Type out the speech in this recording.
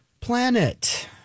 Planet